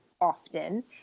often